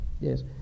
Yes